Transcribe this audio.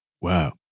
Wow